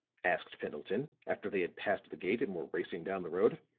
asked pendleton, after they had passed the gate and were racing down the road.